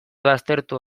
baztertu